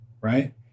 Right